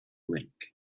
rink